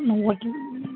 ஆ okay